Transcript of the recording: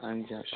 हांजी अच्छा